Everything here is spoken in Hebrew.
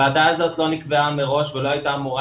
ישיבת הוועדה הזו לא נקבעה מראש ולא הייתה אמורה